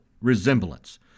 resemblance